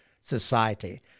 society